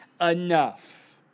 enough